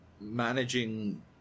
managing